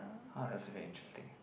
hard as a very interesting